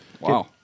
Wow